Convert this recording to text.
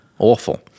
Awful